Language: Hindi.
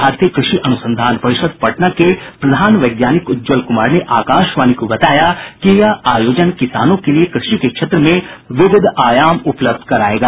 भारतीय कृषि अनुसंधान परिषद पटना के प्रधान वैज्ञानिक उज्ज्वल कुमार ने आकाशवाणी को बताया कि यह आयोजन किसानों के लिए कृषि के क्षेत्र में विविध आयाम उपलब्ध करायेगा